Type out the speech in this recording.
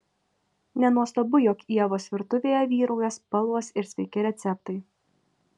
nenuostabu jog ievos virtuvėje vyrauja spalvos ir sveiki receptai